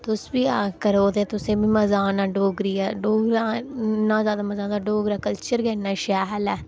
तुस बी आ करो ते तु'सेंई बी मजा औना डोगरी ऐ डोगरा इन्ना ज्यादा मजा औंदा डोगरा कल्चर गै इन्ना शैल ऐ